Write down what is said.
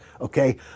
Okay